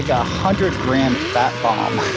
ah hundred gram fat bomb.